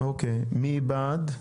מי בעד?